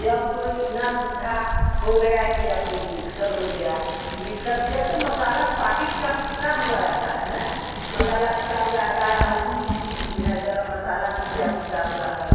अब तो इतनी सुविधा हो गया है कि अब तो मिक्सर हो गया मिक्सर से अब तो मसाला पाकिट का पिसा हुआ आता है ना मसाला पिसा हुआ आता है हल्दी पिसी हुई है गर्म मसाला पिसा पिसा हुआ है